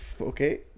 Okay